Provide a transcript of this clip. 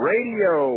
Radio